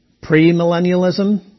pre-millennialism